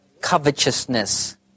covetousness